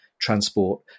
transport